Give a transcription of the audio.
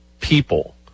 People